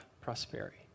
Prosperity